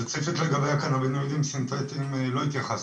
ספציפית לגבי הקניבואידים סינטטיים לא התייחסתי.